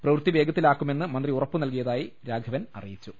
പ്രവൃത്തി വേഗത്തിലാക്കുമെന്ന് മന്ത്രി ഉറപ്പു നൽകിയതായി രാഘവൻ അറിയിച്ചു